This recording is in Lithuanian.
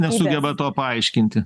nesugeba to paaiškinti